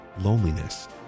loneliness